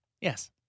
Yes